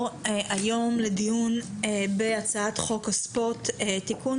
נעבור היום לדיון בהצעת חוק הספורט (תיקון,